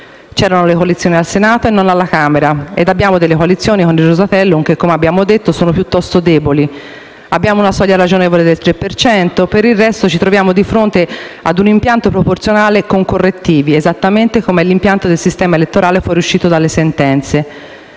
C'erano le coalizioni al Senato e non alla Camera e con il Rosatellum abbiamo delle coalizioni che - come abbiamo già detto - sono piuttosto deboli. Abbiamo una soglia ragionevole al tre per cento e, per il resto, ci troviamo di fronte a un impianto proporzionale con correttivi, esattamente com'è l'impianto del sistema elettorale fuoriuscito dalle sentenze,